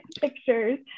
pictures